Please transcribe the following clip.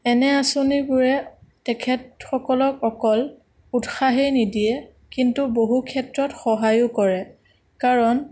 এনে আঁচনিবোৰে তেখেতসকলক অকল উৎসাহেই নিদিয়ে কিন্তু বহু ক্ষেত্ৰত সহায়ো কৰে কাৰণ